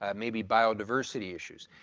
um may be biodiversity issues.